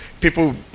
people